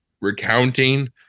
recounting